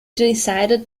decided